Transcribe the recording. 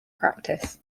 practice